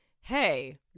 hey